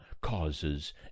causes